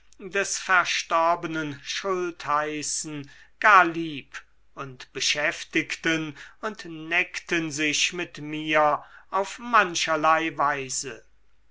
des verstorbenen schultheißen gar lieb und beschäftigten und neckten sich mit mir auf mancherlei weise